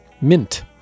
Mint